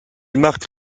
marque